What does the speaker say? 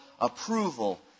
approval